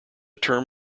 term